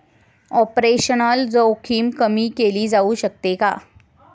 Operational जोखीम कमी केली जाऊ शकते का?